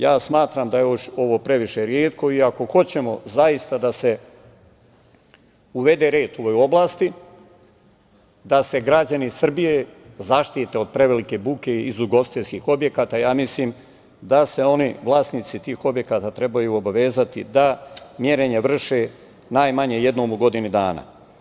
Ja smatram da je ovo previše retko i ako hoćemo da se zaista uvede red u ovoj oblasti, da se građani Srbije zaštite od prevelike muke iz ugostiteljskih objekata, ja mislim da se vlasnici tih objekata trebaju obavezati da merenja vrše najmanje jednom u godinu dana.